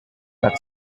but